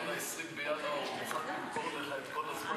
עד 20 בינואר הוא מוכן למכור לך את כל הזמן,